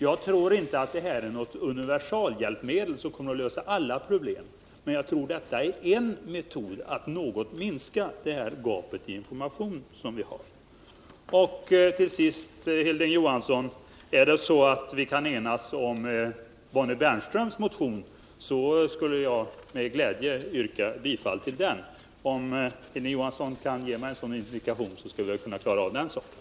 Jag tror inte att det här är något universalhjälpmedel, som kommer att lösa alla problem, men jag tror att det är en metod att något minska de brister som finns i informationen. Till sist, Hilding Johansson: Är det så att vi kan enas om kraven i Bonnie Bernströms motion skulle jag med glädje yrka bifall till den. och om Hilding Johansson kan ge mig en indikation på det skall vi klara av den saken.